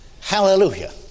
Hallelujah